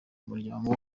muryango